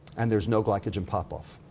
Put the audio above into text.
and there's no glycogen pop-off.